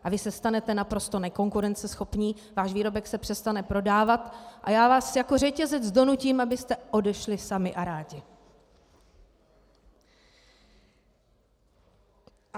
A vy se stanete naprosto nekonkurenceschopní, váš výrobek se přestane prodávat a já vás jako řetězec donutím, abyste odešli sami a rádi.